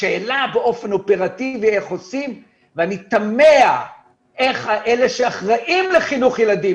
השאלה באופן אופרטיבי איך עושים ואני תמה איך אלה שאחראים לחינוך ילדים,